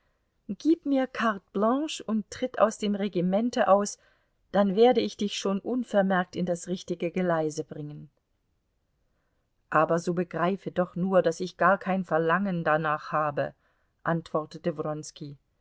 gib mir carte blanche und tritt aus dem regimente aus dann werde ich dich schon unvermerkt in das richtige geleise bringen aber so begreife doch nur daß ich gar kein verlangen danach habe antwortete